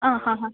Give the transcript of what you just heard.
ആ ഹാ ഹാ